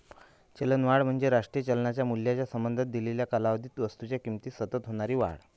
चलनवाढ म्हणजे राष्ट्रीय चलनाच्या मूल्याच्या संबंधात दिलेल्या कालावधीत वस्तूंच्या किमतीत सतत होणारी वाढ